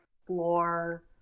Explore